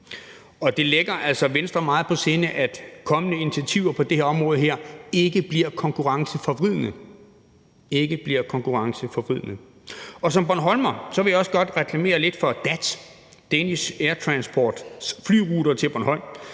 Det ligger altså Venstre meget på sinde, at kommende initiativer på det her område ikke bliver konkurrenceforvridende. Som bornholmer vil jeg også godt reklamere lidt for DAT, Danish Air Transports flyruter til Bornholm,